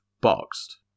boxed